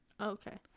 okay